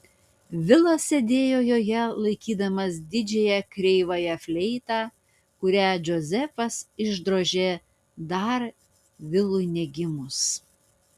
vilas sėdėjo joje laikydamas didžiąją kreivąją fleitą kurią džozefas išdrožė dar vilui negimus